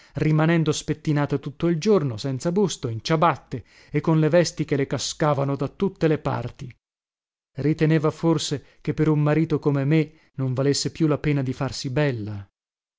rimanendo spettinata tutto il giorno senza busto in ciabatte e con le vesti che le cascavano da tutte le parti riteneva forse che per un marito come me non valesse più la pena di farsi bella